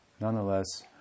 nonetheless